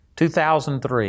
2003